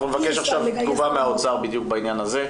אנחנו נבקש עכשיו תגובה מהאוצר בדיוק בעניין הזה.